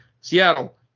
Seattle